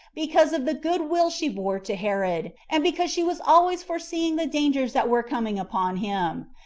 because of the good-will she bore to herod, and because she was always foreseeing the dangers that were coming upon him,